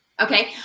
Okay